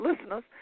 listeners